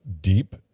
deep